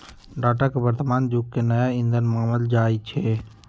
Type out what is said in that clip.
data के वर्तमान जुग के नया ईंधन मानल जाई छै